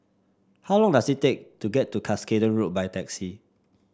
how long does it take to get to Cuscaden Road by taxi